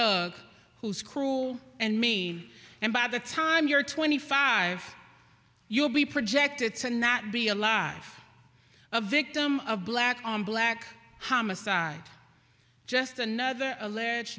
who's cruel and me and by the time you're twenty five you'll be projected to not be alive a victim of black on black how mister just another alleged